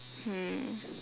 hmm